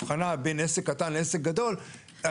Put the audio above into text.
אין שום סיבה לעשות אותה הבחנה.